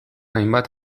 hainbat